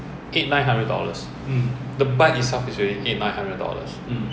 eight nine hundred dollars the bike itself is already eight nine hundred dollars